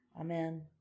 Amen